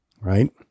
right